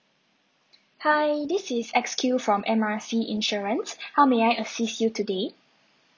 hi this is X Q from M R C insurance how may I assist you today